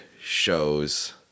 shows